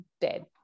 dead